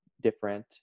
different